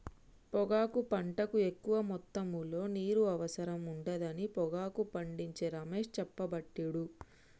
పొగాకు పంటకు ఎక్కువ మొత్తములో నీరు అవసరం ఉండదని పొగాకు పండించే రమేష్ చెప్పబట్టిండు